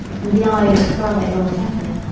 and the eye looked rather ill-tempered.